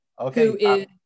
Okay